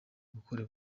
gukora